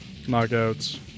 knockouts